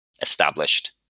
established